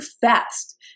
fast